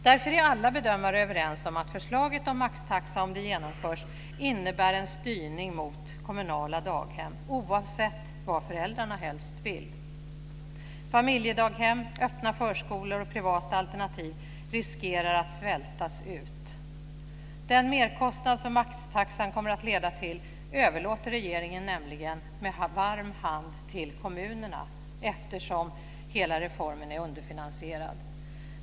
Därför är alla bedömare överens om att förslaget om maxtaxa, om den genomförs, innebär en styrning mot kommunala daghem, oavsett vad föräldrarna helst vill. Familjedaghem, öppna förskolor och privata alternativ riskerar att svältas ut. Den merkostnad som maxtaxan kommer att leda till överlåter regeringen nämligen med varm hand till kommunerna, eftersom hela reformen är underfinansierad.